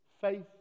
faith